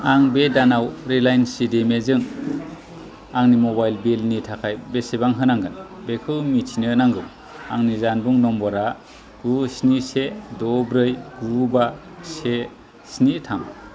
आं बे दानाव रिलाइन्स सिडिमजों आंनि मबाइल बिलनि थाखाय बेसेबां होनांगोन बेखौ मिथिनो नांगौ आंनि जानबुं नम्बरा गु स्नि से द' ब्रै गु बा से स्नि थाम